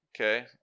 okay